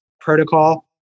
protocol